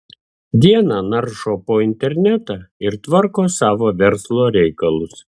dieną naršo po internetą ir tvarko savo verslo reikalus